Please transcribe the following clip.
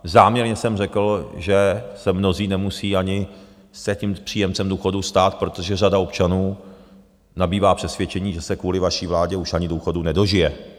Záměrně jsem řekl, že mnozí se nemusí ani tím příjemcem důchodu stát, protože řada občanů nabývá přesvědčení, že se kvůli vaší vládě už ani důchodu nedožije.